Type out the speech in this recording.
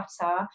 butter